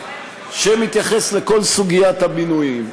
שמתייחס לכל סוגיית המינויים.